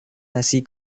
así